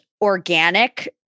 organic